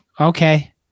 Okay